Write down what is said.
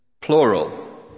plural